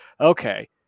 okay